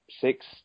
six